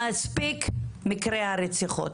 מספיק מקרי הרציחות.